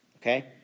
Okay